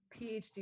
PhD